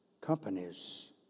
companies